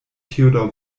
theodor